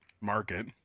market